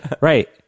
right